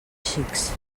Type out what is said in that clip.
xics